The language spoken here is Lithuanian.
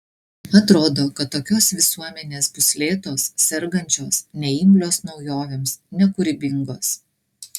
atrodo kad tokios visuomenės bus lėtos sergančios neimlios naujovėms nekūrybingos